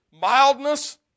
mildness